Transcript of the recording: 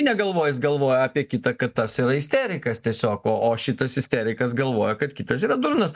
negalvoja jis galvoja apie kitą kad tas yra isterikas tiesiog o o šitas isterikas galvoja kad kitas yra durnas